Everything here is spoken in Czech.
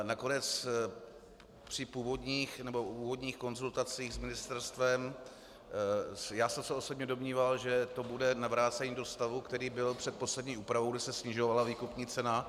Nakonec při úvodních konzultacích s ministerstvem já jsem se osobně domníval, že to bude navrácení do stavu, který byl před poslední úpravou, kdy se snižovala výkupní cena.